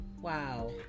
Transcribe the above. Wow